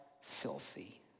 filthy